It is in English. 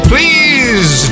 Please